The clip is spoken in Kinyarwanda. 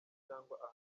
cyangwa